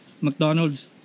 McDonald's